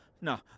no